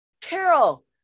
Carol